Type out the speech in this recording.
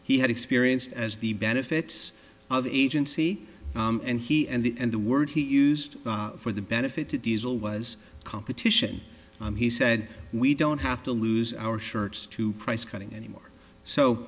he had experienced as the benefits of agency and he and the word he used for the benefit to diesel was competition he said we don't have to lose our shirts to price cutting anymore so